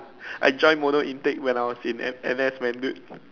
I join mono intake when I was in N N_S man dude